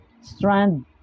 strand